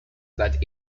that